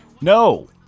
No